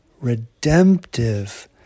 redemptive